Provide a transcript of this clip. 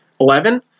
Eleven